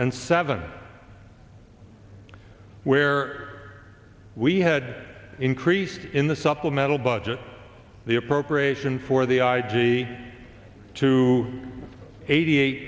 and seven where we had increased in the supplemental budget the appropriation for the i g to eighty eight